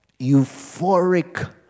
euphoric